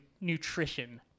nutrition